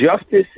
justice